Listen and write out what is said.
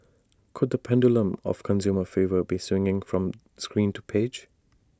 could the pendulum of consumer favour be swinging from screen to page